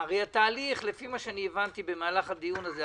לפי מה שהבנתי במהלך הדיון הזה,